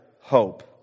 hope